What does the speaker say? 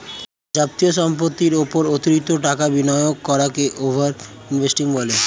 যাবতীয় সম্পত্তির উপর অতিরিক্ত টাকা বিনিয়োগ করাকে ওভার ইনভেস্টিং বলে